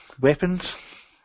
weapons